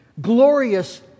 glorious